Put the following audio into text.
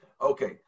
okay